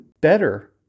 better